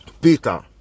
Peter